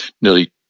nearly